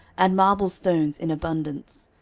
and marble stones in abundance.